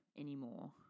anymore